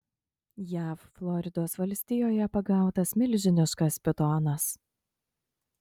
jav floridos valstijoje pagautas milžiniškas pitonas